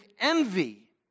envy